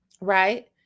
right